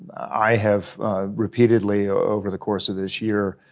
i have repeatedly over the course of this year,